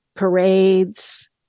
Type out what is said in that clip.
parades